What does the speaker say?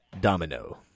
Domino